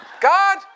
God